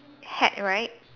hat right